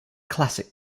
classic